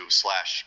slash